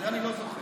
את זה אני לא זוכר.